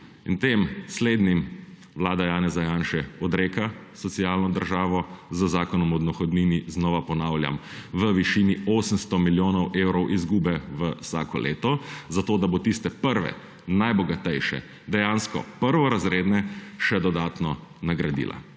In tem slednjim vlada Janeza Janše odreka socialno državo z zakonom o dohodnini, znova ponavljam, v višini 800 milijonov evrov izgube vsako leto, zato da bo tiste prve, najbogatejše, dejansko prvorazredne še dodatno nagradila